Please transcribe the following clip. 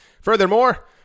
Furthermore